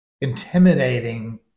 intimidating